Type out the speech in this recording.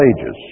ages